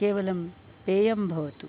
केवलं पेयं भवतु